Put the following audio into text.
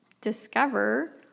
discover